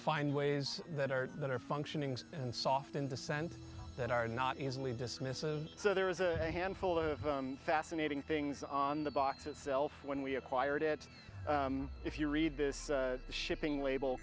find ways that are that are functioning and soft in the sense that are not easily dismissive so there is a handful of fascinating things on the box itself when we acquired it if you read this shipping label